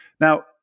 Now